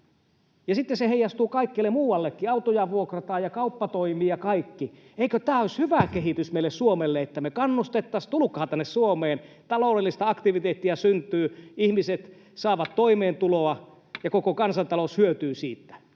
sitten se heijastuu kaikkialle muuallekin: autoja vuokrataan ja kauppa toimii ja kaikki. Eikö tämä olisi hyvä kehitys meille Suomelle, että me kannustettaisiin, että tulkaa tänne Suomeen? Taloudellista aktiviteettia syntyy, ihmiset saavat toimeentuloa, ja koko kansantalous hyötyy siitä.